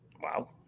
Wow